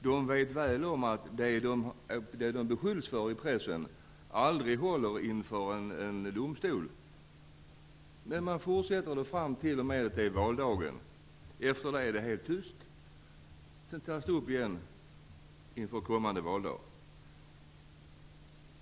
De är väl medvetna om att det de beskyller folk för i pressen aldrig håller inför en domstol, men de fortsätter ändå fram till och med valdagen. Efter den är det helt tyst. Sedan tas dessa saker upp igen inför kommande valdag.